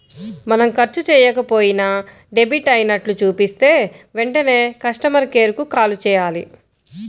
మనం ఖర్చు చెయ్యకపోయినా డెబిట్ అయినట్లు చూపిస్తే వెంటనే కస్టమర్ కేర్ కు కాల్ చేయాలి